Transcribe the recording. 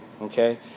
Okay